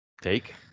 Take